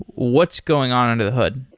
what's going on under the hood?